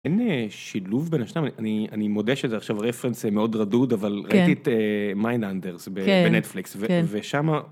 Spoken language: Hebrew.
אין אה.. שילוב בין השניים? אני אני מודה שזה עכשיו רפרנס מאוד רדוד אבל, כן, ראיתי את אה... מיינד אנדרס, כן, בנטפליקס, כן, ושמה...